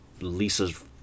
Lisa's